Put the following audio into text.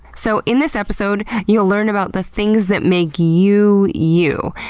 so in this episode you'll learn about the things that make you, you.